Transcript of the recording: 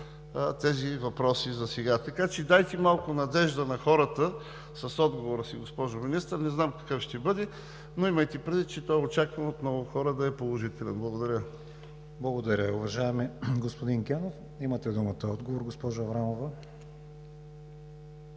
тези въпроси засега, така че дайте малко надежда на хората с отговора си, госпожо Министър. Не знам какъв ще бъде, но имайте предвид, че той е очакван от много хора да е положителен. Благодаря. ПРЕДСЕДАТЕЛ КРИСТИАН ВИГЕНИН: Благодаря, уважаеми господин Генов. Имате думата за отговор, госпожо Аврамова.